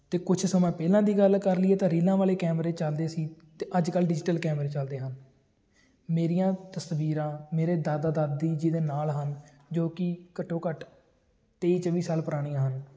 ਅਤੇ ਕੁਛ ਸਮਾਂ ਪਹਿਲਾਂ ਦੀ ਗੱਲ ਕਰ ਲਈਏ ਤਾਂ ਰੀਲਾਂ ਵਾਲੇ ਕੈਮਰੇ ਚੱਲਦੇ ਸੀ ਅਤੇ ਅੱਜ ਕੱਲ੍ਹ ਡਿਜ਼ੀਟਲ ਕੈਮਰੇ ਚੱਲਦੇ ਹਨ ਮੇਰੀਆਂ ਤਸਵੀਰਾਂ ਮੇਰੇ ਦਾਦਾ ਦਾਦੀ ਜੀ ਦੇ ਨਾਲ ਹਨ ਜੋ ਕਿ ਘੱਟੋ ਘੱਟ ਤੇਈ ਚੌਵੀ ਸਾਲ ਪੁਰਾਣੀਆਂ ਹਨ